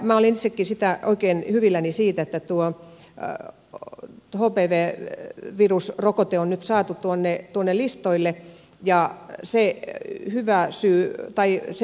minä olin itsekin oikein hyvilläni siitä että tuo hpv virusrokote on nyt saatu tuonne listoille ja sen hyvä syy vaikka se